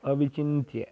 अविचिन्त्य